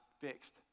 fixed